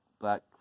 Black